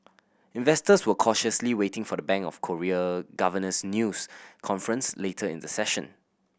investors were cautiously waiting for the Bank of Korea governor's news conference later in the session